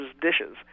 dishes